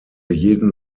jeden